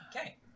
Okay